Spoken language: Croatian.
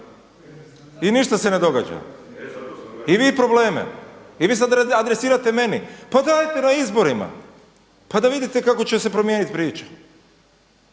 i ništa se ne događa. I vidi probleme i vi sad adresirate meni. Pa dajte na izborima, pa da vidite kako će se promijeniti priča.